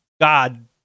God